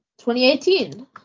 2018